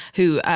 who,